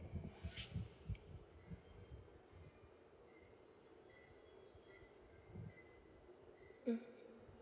mm